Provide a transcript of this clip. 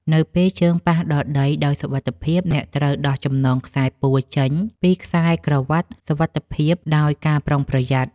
នៅពេលជើងប៉ះដល់ដីដោយសុវត្ថិភាព អ្នកត្រូវដោះចំណងខ្សែពួរចេញពីខ្សែក្រវាត់សុវត្ថិភាពដោយការប្រុងប្រយ័ត្ន។